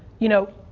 you know,